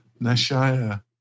Nashaya